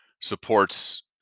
supports